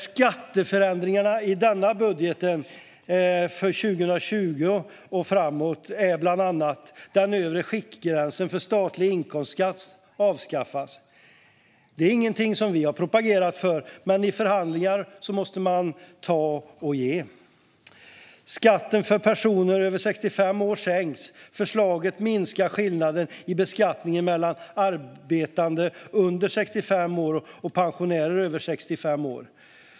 Skatteförändringarna i budgeten för 2020 är bland annat att den övre skiktgränsen för statlig inkomstskatt avskaffas. Det är ingenting som vi har propagerat för, men i förhandlingar måste man ge och ta. Skatten för personer över 65 år sänks. Förslaget minskar skillnaden i beskattning av arbetande under 65 år och pensionärer över 65 år.